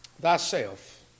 thyself